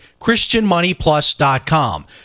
christianmoneyplus.com